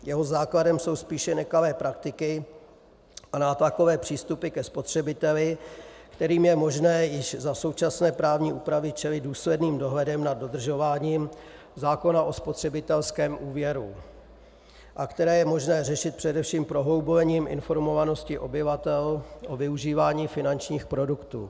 Jeho základem jsou spíše nekalé praktiky a nátlakové přístupy ke spotřebiteli, kterým je možné již za současné právní úpravy čelit důsledným dohledem nad dodržováním zákona o spotřebitelském úvěru a které je možné řešit především prohloubení informovanosti obyvatel o využívání finančních produktů.